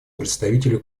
представителю